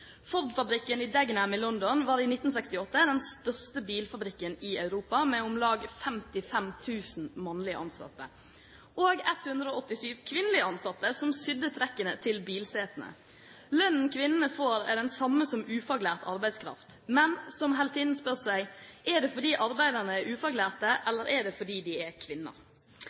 i Dagenham i London var i 1968 den største bilfabrikken i Europa, med om lag 55 000 mannlige ansatte og 187 kvinnelige ansatte, som sydde trekkene til bilsetene. Lønnen kvinnene får, er den samme som ufaglært arbeidskraft. Men, som heltinnen spør seg, er det fordi arbeiderne er ufaglærte, eller er det fordi de er kvinner?